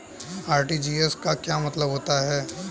RTGS का क्या मतलब होता है?